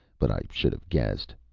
but i should have guessed.